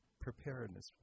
preparedness